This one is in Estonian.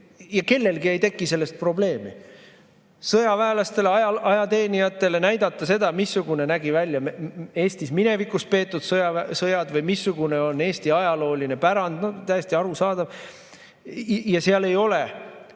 ja kellelgi ei teki sellest probleemi. Sõjaväelastele, ajateenijatele näidatakse seda, missugused nägid välja Eestis minevikus peetud sõjad või missugune on Eesti ajalooline pärand – täiesti arusaadav. Neis ei ole